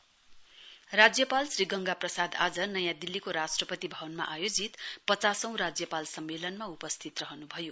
governs राज्यपाल श्री गंगा प्रसाद् आज नयाँ दिल्लीको राष्ट्रपति भवनमा आयोजित पचासौं राज्यपाल सम्मेलनमा उपस्थित रहनुभयो